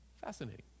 Fascinating